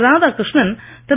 Radhakrishnan Thiru